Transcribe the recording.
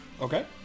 Okay